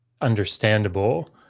understandable